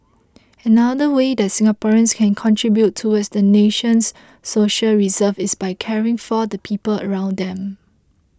another way that Singaporeans can contribute towards the nation's social reserves is by caring for the people around them